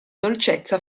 dolcezza